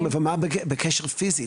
ומה פיזית?